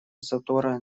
затора